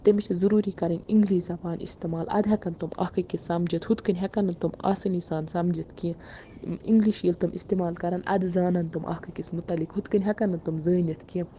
تٔمس چھِ ضروٗری کَرٕنۍ اِنٛگلِش زَبان اِستعمال اَد ہیٚکَن تِم اکھ أکِس سَمجِتھ ہُتھ کنۍ ہیٚکَن نہٕ تِم آسٲنی سان سَمجِتھ کینٛہہ اِنٛگلِش ییٚلہِ تِم اِستعمال کَرَن اَدٕ زانَن تِم اکھ أکِس مُتعلِق ہُتھ کنۍ ہیٚکَن نہٕ تِم زٲنِتھ کینٛہہ